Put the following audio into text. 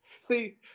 see